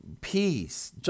peace